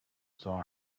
saw